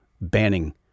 banning